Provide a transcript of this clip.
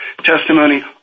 testimony